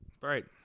Right